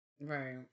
Right